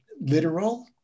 literal